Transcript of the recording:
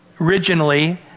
Originally